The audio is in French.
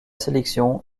sélection